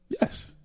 yes